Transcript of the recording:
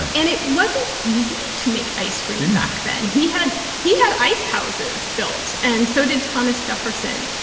and it wasn't easy to make ice cream back then. he had he had ice houses built, and so did thomas jefferson.